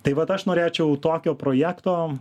tai vat aš norėčiau tokio projekto